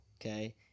okay